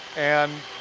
and